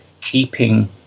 keeping